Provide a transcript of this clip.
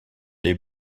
les